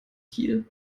kiel